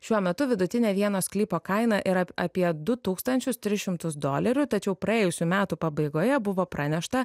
šiuo metu vidutinė vieno sklypo kaina yra apie du tūkstančius tris šimtus dolerių tačiau praėjusių metų pabaigoje buvo pranešta